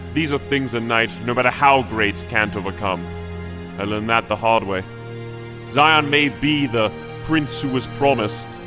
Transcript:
these are things a knight, no matter how great, can't overcome. i learned that the hard way zion may be the prince who was promised,